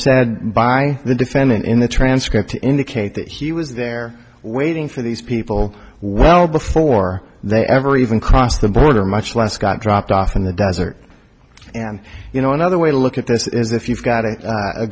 said by the defendant in the transcript indicate that he was there waiting for these people well before they ever even crossed the border much less got dropped off in the desert and you know another way to look at this is if you've got a